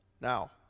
Now